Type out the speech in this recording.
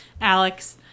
Alex